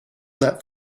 that